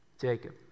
Jacob